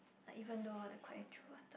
like even though the